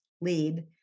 lead